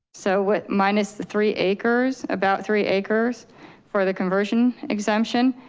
so but minus the three acres, about three acres for the conversion exemption,